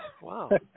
Wow